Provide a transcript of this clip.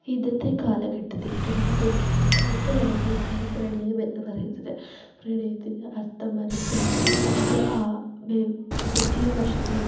ഇന്നത്തെ കാലഘട്ടത്തിൽ എവിടെ നോക്കിയാലും കണ്ടുവരുന്ന ഒന്നാണ് പ്രണയം എന്നു പറയുന്നത് പ്രണയത്തിൻ്റെ അർത്ഥം മനസ്സിലാക്കി അതിൻ്റെ ആ നെഗറ്റീവ് വശത്തെയും